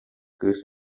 кыыс